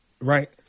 right